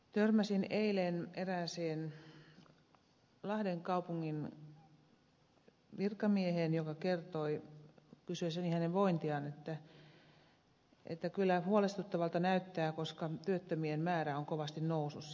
törmäsin eilen erääseen lahden kaupungin virkamieheen joka kertoi kysyessäni hänen vointiaan että kyllä huolestuttavalta näyttää koska työttömien määrä on kovasti nousussa